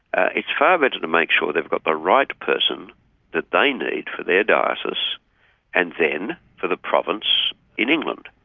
ah it's far better to make sure they've got the right person that they need for their diocese and then for the province in england.